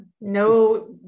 no